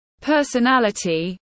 personality